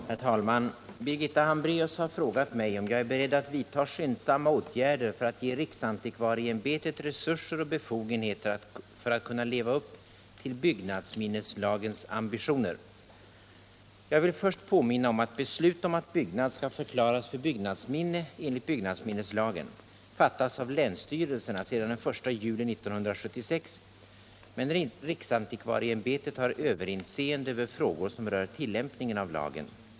Herr talman! Birgitta Hambraeus har frågat mig om jag är beredd att skyndsamt vidta åtgärder för att ge riksantikvarieämbetet resurser och befogenheter för att kunna leva upp till byggnadsminneslagens ambitioner. Jag vill först påminna om att beslut om att byggnad skall förklaras för byggnadsminne enligt byggnadsminneslagen fattas av länsstyrelserna sedan den 1 juli 1976, men riksantikvarieämbetet har överinseende över frågor som rör tillämpningen av lagen.